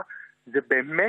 באמת,